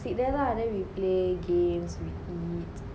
sit there lah then we play games we eat